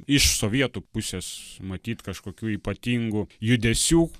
iš sovietų pusės matyt kažkokių ypatingų judesių